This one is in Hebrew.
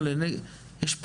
אני לא